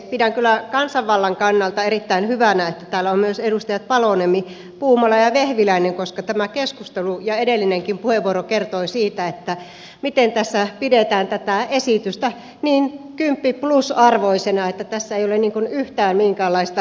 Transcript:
pidän kyllä kansanvallan kannalta erittäin hyvänä että täällä ovat myös edustajat paloniemi puumala ja vehviläinen koska tämä keskustelu ja edellinenkin puheenvuoro kertoi siitä miten tässä pidetään tätä esitystä niin kymppi plus arvoisena että tässä ei ole yhtään minkäänlaista virhettä